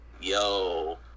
yo